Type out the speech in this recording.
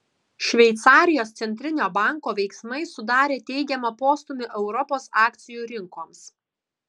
šveicarijos centrinio banko veiksmai sudarė teigiamą postūmį europos akcijų rinkoms